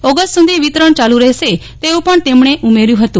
August સુધી વિતરણ યાલુ રહેશે તેવું પણ તેમણે ઉમેર્યું હતું